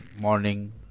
morning